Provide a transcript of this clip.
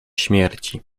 śmierci